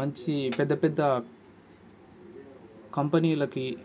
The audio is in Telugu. మంచి పెద్ద పెద్ద కంపెనీలకి